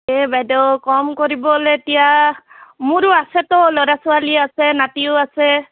এই বাইদেউ কম কৰিবলৈ এতিয়া মোৰো আছেতো ল'ৰা ছোৱালী আছে নাতিও আছে